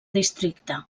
districte